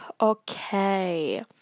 Okay